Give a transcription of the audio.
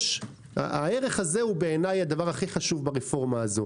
הערך הזה הוא בעיניי הכי חשוב ברפורמה הזאת.